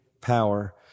power